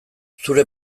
zure